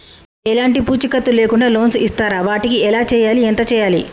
ఎలాంటి పూచీకత్తు లేకుండా లోన్స్ ఇస్తారా వాటికి ఎలా చేయాలి ఎంత చేయాలి?